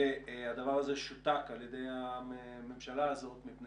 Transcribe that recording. והדבר הזה שותק על ידי הממשלה הזאת מפני